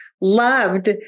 loved